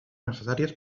necessàries